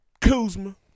Kuzma